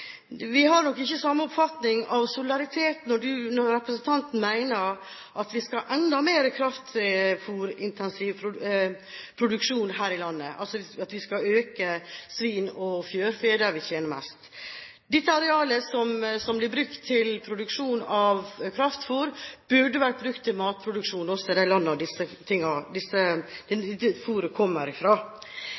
Vi har nok ikke samme oppfatning av solidaritet. Representanten mener at vi skal ha enda mer kraftfôrintensiv produksjon her i landet, altså at vi skal øke svin- og fjørfeproduksjonen, der vi tjener mest. Det arealet som blir brukt til produksjon av kraftfôr, burde vært brukt til matproduksjon også i de landene der fôret kommer